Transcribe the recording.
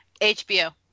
HBO